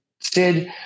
Sid